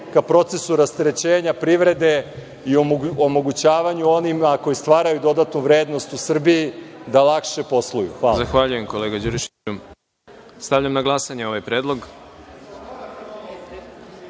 ka procesu rasterećenja privrede i omogućavanju onima koji stvaraju dodatnu vrednost u Srbiji da lakše posluju. Hvala. **Đorđe Milićević** Zahvaljujem, kolega Đurišiću. Stavljam na glasanje ovaj